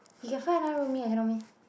he can find another roomie eh cannot meh